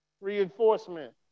reinforcement